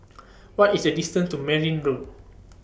What IS The distant to Merryn Road